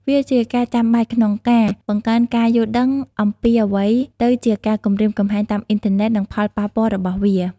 វាជាការចាំបាច់ក្នុងការ បង្កើនការយល់ដឹង អំពីអ្វីទៅជាការគំរាមកំហែងតាមអ៊ីនធឺណិត និងផលប៉ះពាល់របស់វា។